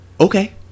okay